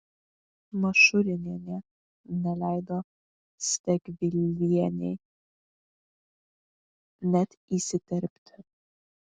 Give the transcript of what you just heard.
mašurinienė neleido stegvilienei net įsiterpti